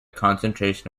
concentration